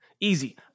Easy